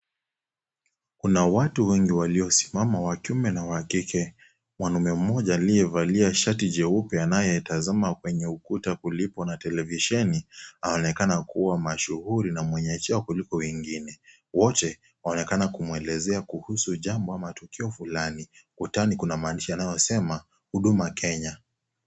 Kuna watu wengi waliosimama wa kiume na wa kike, mwanaume mmoja aliyevalia shati jeupe anayetazama kwenye ukuta kuliko na televisheni aonekana kuwa mashuhuri na mwenyejiwe kuliko wengine. Wote wanaonekana kumwelezea kuhusu jambo kwa tukio fulani, kutani kuna maandishi yanayosema huduma KENYA.